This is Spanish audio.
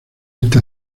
esta